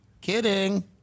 Kidding